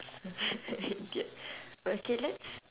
K okay let's